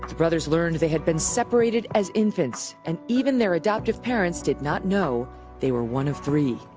brothers learned they had been separated as infants and even their adoptive parents did not know they were one of three.